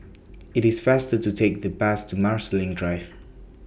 IT IS faster to Take The Bus to Marsiling Drive